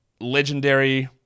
legendary